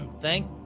Thank